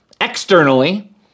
externally